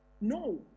No